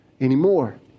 anymore